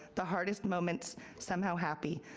the hardest moments somehow happy,